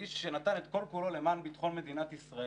איש שנתן את כל כולו למען ביטחון מדינת ישראל